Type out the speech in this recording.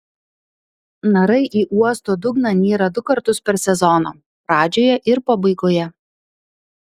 narai į uosto dugną nyra du kartus per sezoną pradžioje ir pabaigoje